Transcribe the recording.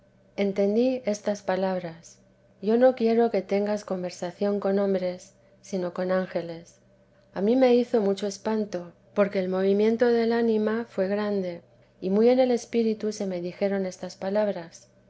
entendí estas palabras ya no quiero que tengas conversación con hombres sino con ángeles a mí me hizo mucho espanto porque el mo vimiento del ánima fué grande y muy en el espíritu se me dijeron estas palabras